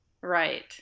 right